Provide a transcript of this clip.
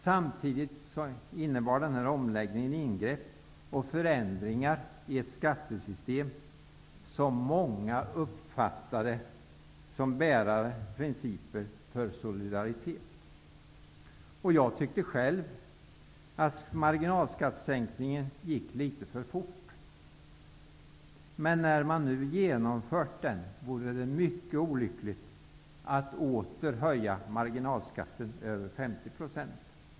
Samtidigt innebar omläggningen ingrepp och förändringar i ett skattesystem vilket många uppfattade som bärare av solidariska principer. Jag tyckte själv att marginalskattesänkningen gick litet för fort, men när man nu genomfört den vore det mycket olyckligt att åter höja marginalskatten över 50 %.